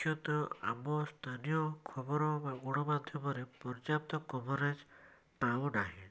ମୁଖ୍ୟତଃ ଆମ ସ୍ଥାନୀୟ ଖବର ବା ଗଣମାଧ୍ୟମରେ ପର୍ଯ୍ୟାପ୍ତ କଭରେଜ ପାଉ ନାହିଁ